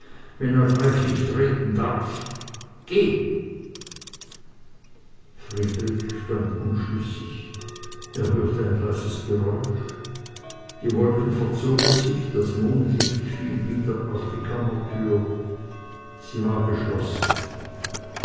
wenn er gleich nicht reden darf geh friedrich stand unschlüssig er hörte ein leises geräusch die wolken verzogen sich das mondlicht fiel wieder auf die kammertür sie war geschlossen